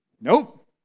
Nope